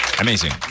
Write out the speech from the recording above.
Amazing